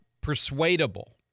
persuadable